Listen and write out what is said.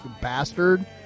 bastard